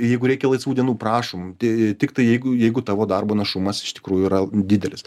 jeigu reikia laisvų dienų prašom tai tiktai jeigu jeigu tavo darbo našumas iš tikrųjų yra didelis